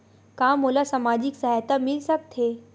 का मोला सामाजिक सहायता मिल सकथे?